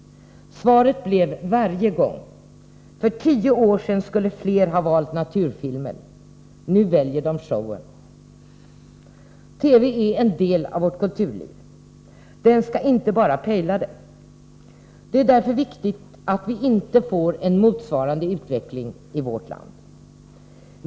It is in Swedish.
Svaret blev varje gång: För tio år sedan skulle flera ha valt naturfilmen — nu väljer de showen. TV är en del av vårt kulturliv. Den skall inte bara pejla det. Det är därför viktigt att vi inte får en motsvarande utveckling i vårt land.